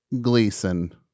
Gleason